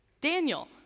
daniel